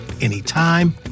anytime